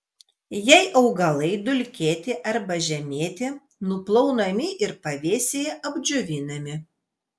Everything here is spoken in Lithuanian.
jei augalai dulkėti arba žemėti nuplaunami ir pavėsyje apdžiovinami